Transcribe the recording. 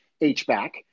H-back